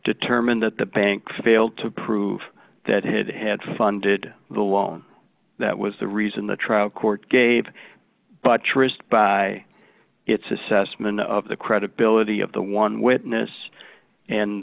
determine that the bank failed to prove that it had funded the loan that was the reason the trial court gave buttressed by its assessment of the credibility of the one witness and